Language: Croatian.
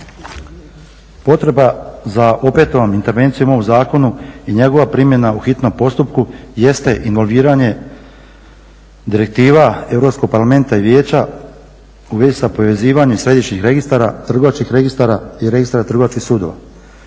Potreba za opetovanom intervencijom u ovom zakonu i njegova primjena u hitnom postupku jeste involviranje direktiva Europskog parlamenta i Vijeća u vezi sa povezivanjem središnjih registara, trgovačkih registara i registara trgovačkih sudova.